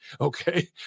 Okay